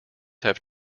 have